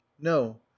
no